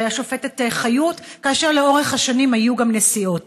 השופטת חיות, כאשר לאורך השנים היו גם נשיאות.